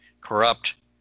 corrupt